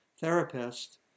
therapist